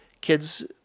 kids